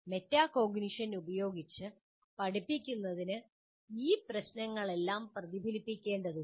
metacognition ഉപയോഗിച്ച് പഠിപ്പിക്കുന്നതിന് ഈ പ്രശ്നങ്ങളെല്ലാം പ്രതിഫലിപ്പിക്കേണ്ടതുണ്ട്